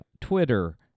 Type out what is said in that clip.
Twitter